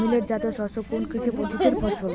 Millet জাতীয় শস্য কোন কৃষি পদ্ধতির ফসল?